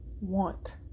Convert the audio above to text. want